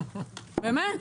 באמת.